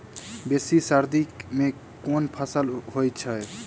बेसी सर्दी मे केँ फसल होइ छै?